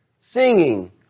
Singing